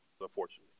unfortunately